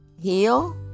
Heel